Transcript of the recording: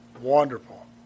Wonderful